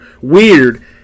weird